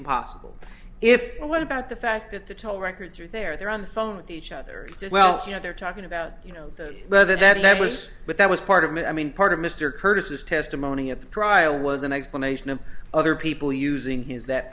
impossible if what about the fact that the toll records are there they're on the phone with each other says well you know they're talking about you know that whether that was but that was part of it i mean part of mr curtis's testimony at the trial was an explanation of other people using his that